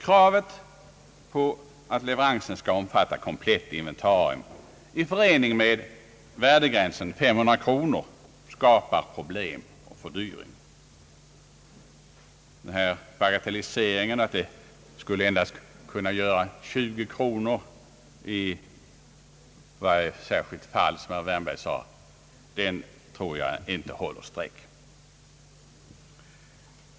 Kravet på att leveransen skall omfatta komplett inventarium i förening med värdegränsen 500 kronor skapar problem och fördyring. Herr Wärnbergs bagatellisering härav — att det endast skulle betyda 20 kronor i varje särskilt fall — tror jag inte håller streck.